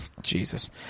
Jesus